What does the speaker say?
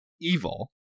evil